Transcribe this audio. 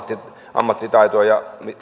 ammattitaitoa ja